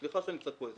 סליחה שאני קצת כועס.